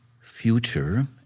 future